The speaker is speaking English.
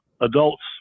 adults